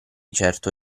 certo